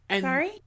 Sorry